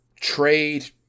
trade –